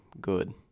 good